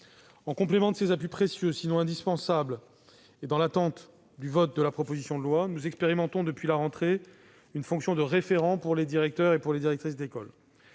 En complément de ces appuis précieux, sinon indispensables, et dans l'attente du vote de la proposition de loi, nous expérimentons depuis la dernière rentrée une fonction de référent pour les directrices et directeurs d'école.